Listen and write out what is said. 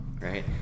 right